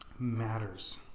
matters